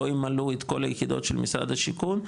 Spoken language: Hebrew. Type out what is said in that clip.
לא ימלאו את כל היחידות של משרד השיכון,